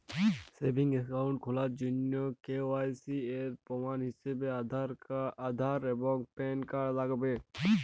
savings account খোলার জন্য KYC এর প্রমাণ হিসেবে আধার এবং প্যান কার্ড লাগবে